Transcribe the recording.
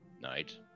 night